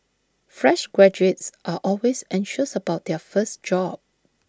fresh graduates are always anxious about their first job